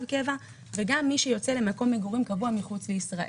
קבע וגם מי שיוצא למקום מגורים קבוע מחוץ לישראל.